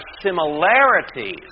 similarities